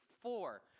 four